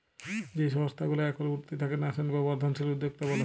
যেই সংস্থা গুলা এখল উঠতি তাকে ন্যাসেন্ট বা বর্ধনশীল উদ্যক্তা ব্যলে